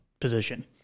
position